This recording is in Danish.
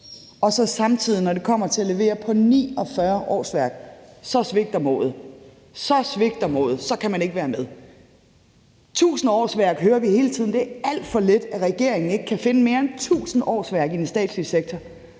det så samtidig kommer til at levere på 49 årsværk, svigter modet – så svigter modet; så kan man ikke være med. Vi hører hele tiden, at det er alt for lidt, når regeringen ikke kan finde mere end 1.000 årsværk i den statslige sektor.